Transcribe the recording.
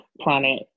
planet